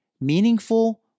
Meaningful